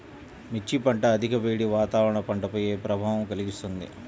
మిర్చి పంట అధిక వేడి వాతావరణం పంటపై ఏ ప్రభావం కలిగిస్తుంది?